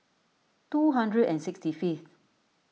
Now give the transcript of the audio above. two hundred and sixty fifth